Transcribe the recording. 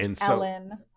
Ellen